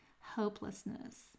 hopelessness